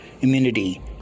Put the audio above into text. Immunity